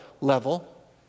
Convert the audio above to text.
level